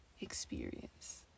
experience